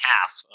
half